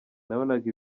nabonaga